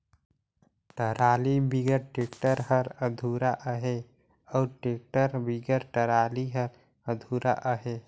trolley बिगर tractor हर अधुरा अहे अउ टेक्टर बिगर टराली हर अधुरा अहे